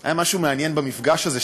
והיה משהו מעניין במפגש הזה,